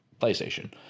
PlayStation